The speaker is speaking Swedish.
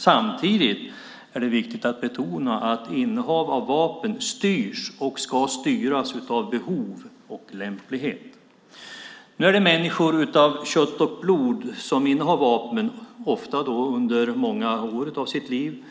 Samtidigt är det viktigt att betona att innehav av vapen styrs och ska styras av behov och lämplighet. Nu är det människor av kött och blod som innehar vapnen, ofta under många år av sitt liv.